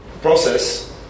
process